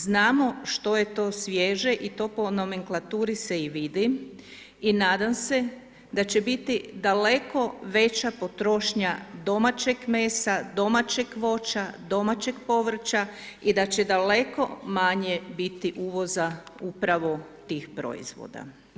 Znamo što je to svježe i to po nomenklaturi se i vidi i nadam se da će biti daleko veća potrošnja domaćeg mesa, domaćeg voća, domaćeg povrća i da će daleko manje biti uvoza upravo tih proizvoda.